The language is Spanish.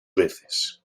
veces